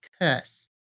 curse